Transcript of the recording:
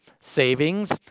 savings